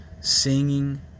singing